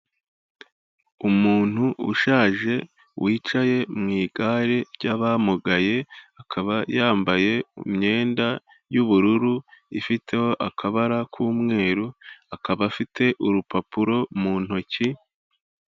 Umuntu ushaje wicaye mu igare ry'abamugaye akaba yambaye imyenda y'ubururu ifiteho akabara k'umweru, akaba afite urupapuro mu ntoki.